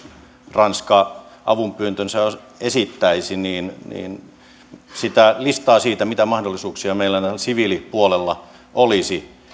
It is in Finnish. ranska avunpyyntönsä esittäisi sitä listaa siitä mitä mahdollisuuksia meillä täällä siviilipuolella olisi